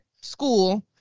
school